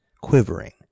quivering